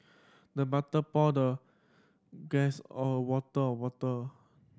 the butler poured the guest a water of water